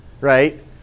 right